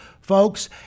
Folks